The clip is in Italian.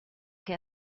che